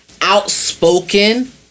outspoken